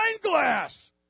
glass